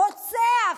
"רוצח",